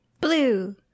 Blue